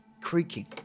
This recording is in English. creaking